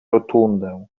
rotundę